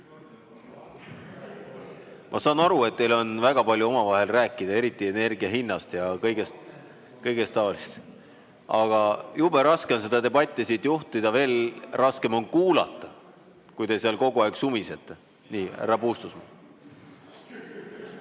Ma saan aru, et teil on väga palju omavahel rääkida, eriti energiahinnast ja kõigest muust. Aga jube raske on seda debatti siit juhtida ja veel raskem on kuulata, kui teil seal kogu aeg sumisete. Nii, härra Puustusmaa.